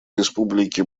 республики